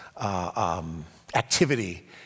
activity